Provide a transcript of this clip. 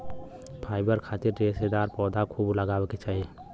fibre खातिर रेशेदार पौधा खूब लगावे के चाही